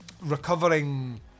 recovering